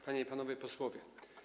Panie i Panowie Posłowie!